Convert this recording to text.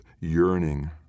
yearning